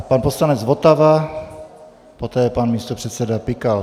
Pan poslanec Votava, poté pan místopředseda Pikal.